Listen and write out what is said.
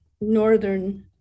Northern